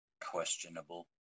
Questionable